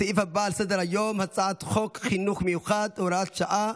הסעיף הבא על סדר-היום הוא הצעת חוק חינוך מיוחד (הוראת שעה,